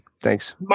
thanks